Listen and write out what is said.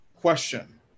question